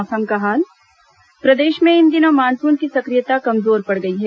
मौसम प्रदेश में इन दिनों मानसून की सक्रियता कमजोर पड़ गई है